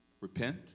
repent